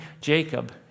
Jacob